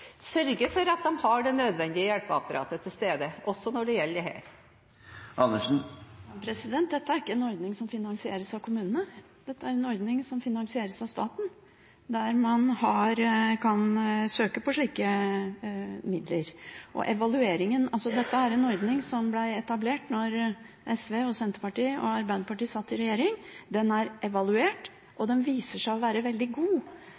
sørge for at de har det nødvendige hjelpeapparatet til stede også når det gjelder dette. Dette er ikke en ordning som finansieres av kommunene. Dette er en ordning som finansieres av staten, der man kan søke på slike midler. Dette er en ordning som ble etablert da SV, Senterpartiet og Arbeiderpartiet satt i regjering, den er evaluert, og den viser seg å være veldig god